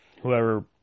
whoever